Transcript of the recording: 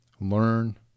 learn